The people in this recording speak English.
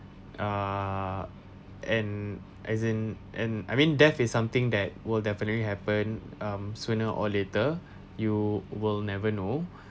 ah and as in and I mean death is something that will definitely happen um sooner or later you will never know